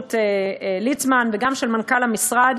הבריאות ליצמן וגם של מנכ"ל המשרד,